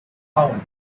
found